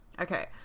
Okay